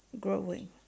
growing